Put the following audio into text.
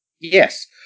Yes